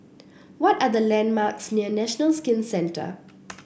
what are the landmarks near National Skin Centre